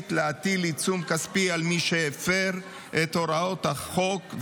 להטיל עיצום כספי על מי שהפר את הוראות החוק,